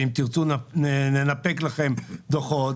ואם תרצו ננפק לכם דוחות,